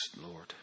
Lord